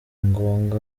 ngoga